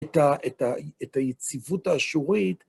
‫את היציבות האשורית.